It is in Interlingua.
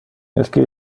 esque